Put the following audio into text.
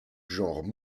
genre